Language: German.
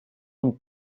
und